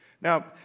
Now